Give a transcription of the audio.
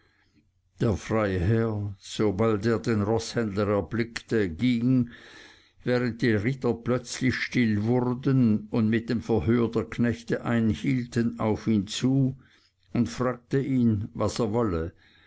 der freiherr sobald er den roßhändler erblickte ging während die ritter plötzlich still wurden und mit dem verhör der knechte einhielten auf ihn zu und fragte ihn was er wolle